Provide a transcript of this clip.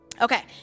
Okay